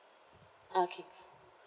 ah